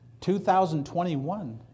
2021